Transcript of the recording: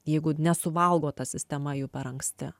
jeigu nesuvalgo ta sistema jų per anksti